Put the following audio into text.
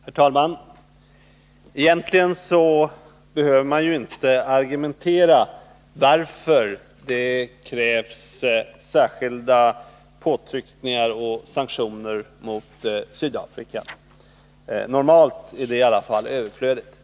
Herr talman! Egentligen behöver man inte ge argument för att det krävs särskilda påtryckningar och sanktioner mot Sydafrika. Normalt är det i alla fall överflödigt.